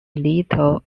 little